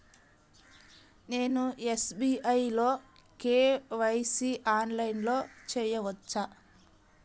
నేను ఎస్.బీ.ఐ లో కే.వై.సి ఆన్లైన్లో చేయవచ్చా?